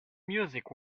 music